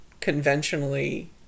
conventionally